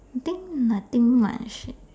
I think nothing much leh